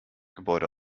gebäude